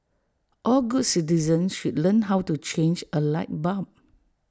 all good citizens should learn how to change A light bulb